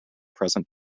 present